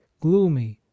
gloomy